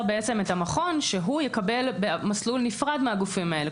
בעצם את המכון שהוא יקבל מסלול נפרד מהגופים האלה,